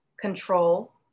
control